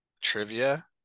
trivia